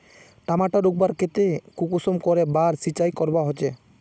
टमाटर उगवार केते कुंसम करे बार सिंचाई करवा होचए?